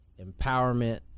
empowerment